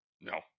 No